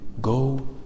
Go